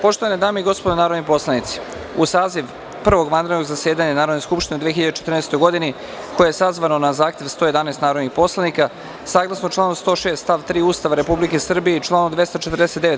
Poštovane dame i gospodo narodni poslanici, u saziv Prvog vanrednog zasedanja Narodne skupštine u 2014. godini, koje je sazvano na zahtev 111 narodnih poslanika, saglasno članu 106. stav 3. Ustava Republike Srbije i članu 249.